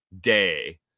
day